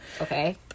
Okay